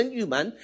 human